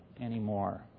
anymore